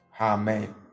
Amen